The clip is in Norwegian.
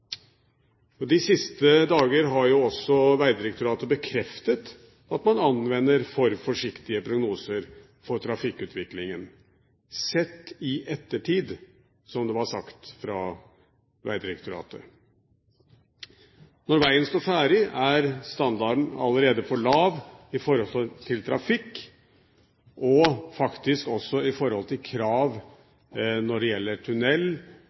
trafikkprognoser. De siste dager har jo også Vegdirektoratet bekreftet at man anvender for forsiktige prognoser for trafikkutviklingen – sett i ettertid, som det var sagt fra Vegdirektoratets side. Når vegen står ferdig, er standarden allerede for lav i forhold til trafikk og faktisk også i forhold til krav når det gjelder